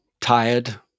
tired